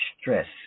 stress